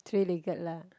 three legged lah